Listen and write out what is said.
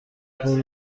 قول